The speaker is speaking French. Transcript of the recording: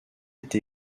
été